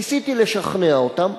ניסיתי לשכנע אותם,